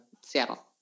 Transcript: Seattle